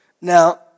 Now